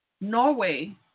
Norway